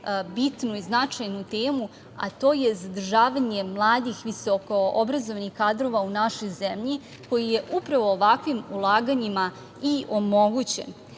bitnu i značajnu temu, a to je zadržavanje mladih i visokoobrazovanih kadrova u našoj zemlji koji je upravo ovakvim ulaganjima i omogućen. To